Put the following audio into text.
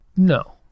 No